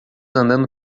andando